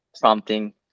prompting